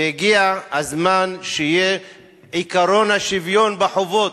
והגיע הזמן שיהיה עקרון השוויון בחובות,